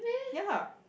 ya